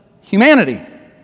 humanity